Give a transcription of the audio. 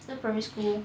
later primary school